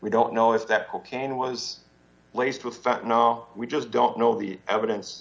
we don't know if that propane was laced with fact now we just don't know the evidence